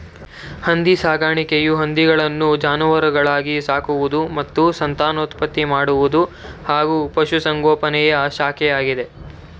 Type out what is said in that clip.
ಹಂದಿ ಸಾಕಾಣಿಕೆಯು ಹಂದಿಗಳನ್ನು ಜಾನುವಾರಾಗಿ ಸಾಕುವುದು ಮತ್ತು ಸಂತಾನೋತ್ಪತ್ತಿ ಮಾಡುವುದು ಹಾಗೂ ಪಶುಸಂಗೋಪನೆಯ ಶಾಖೆಯಾಗಿದೆ